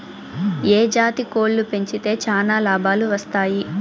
ఏ జాతి కోళ్లు పెంచితే చానా లాభాలు వస్తాయి?